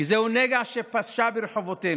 כי זהו נגע שפשה ברחובותינו